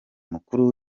mukuru